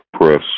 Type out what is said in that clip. press